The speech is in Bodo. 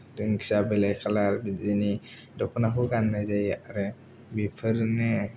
दिंखिया बिलाइ खालार बिदिनि दखनाखौ गान्नाय जायो आरो बेफोरनो